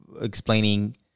explaining